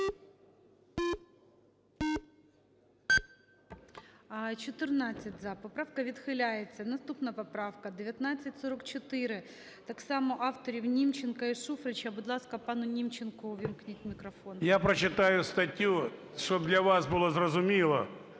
Я прочитаю статтю, щоб для вас було зрозуміло.